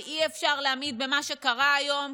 ואי-אפשר להאמין במה שקרה היום,